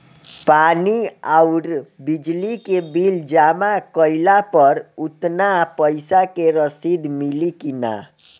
पानी आउरबिजली के बिल जमा कईला पर उतना पईसा के रसिद मिली की न?